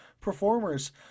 performers